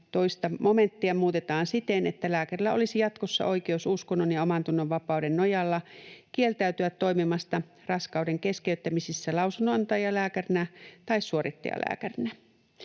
§:n 2 momenttia muutetaan siten, että lääkärillä olisi jatkossa oikeus uskonnon ja omantunnon vapauden nojalla kieltäytyä toimimasta raskauden keskeyttämisissä lausunnonantajalääkärinä tai suorittajalääkärinä.